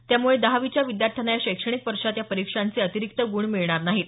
त्यामुळे दहावीच्या विद्याथ्यांना या शैक्षणिक वर्षात या परीक्षांचे अतिरिक्त गुण मिळणार नाहीत